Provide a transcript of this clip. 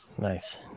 Nice